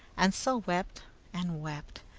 and so wept and wept,